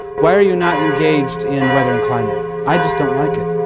why are you not engaged in weather and climate? i just don't like it.